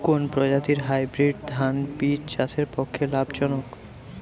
কোন প্রজাতীর হাইব্রিড ধান বীজ চাষের পক্ষে লাভজনক?